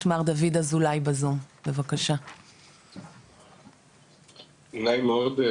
כלומר אתה נמצא במצב דברים שמחד גיסא אתה לא יכול ליצור